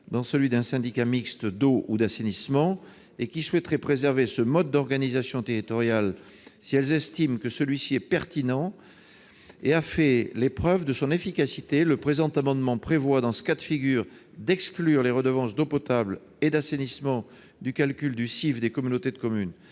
dans celui d'un syndicat mixte d'eau et/ou d'assainissement, et qui souhaiteraient préserver ce mode d'organisation territoriale si elles estiment que celui-ci est pertinent et qu'il a fait les preuves de son efficacité. C'est pourquoi le présent amendement prévoit, dans ce cas de figure, d'exclure les redevances d'eau potable et d'assainissement du calcul du CIF des communautés de communes.